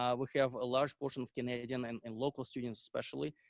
um we have a large portion of canadian and and local students especially,